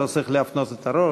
ולא צריך להפנות את הראש.